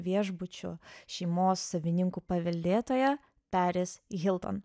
viešbučių šeimos savininkų paveldėtoja peris hilton